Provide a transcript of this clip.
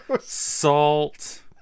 Salt